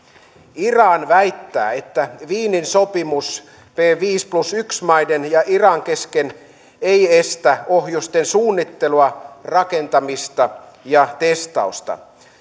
iran väittää että wienin sopimus p viisi plus yksi maiden ja iranin kesken ei estä ohjusten suunnittelua rakentamista ja testausta